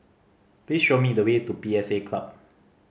please show me the way to P S A Club